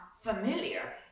familiar